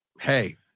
hey